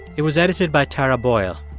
it was edited by tara boyle.